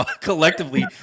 collectively